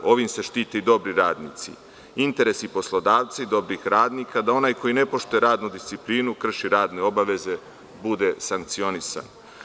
Ovim se štite dobri radnici, interesi poslodavci dobrih radnika da onaj koji ne poštuje radnu disciplinu krši radne obaveze bude sankcionisan.